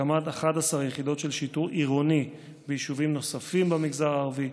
הקמת 11 יחידות של שיטור עירוני ביישובים נוספים במגזר הערבי,